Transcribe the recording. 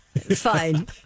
Fine